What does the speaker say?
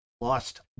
lost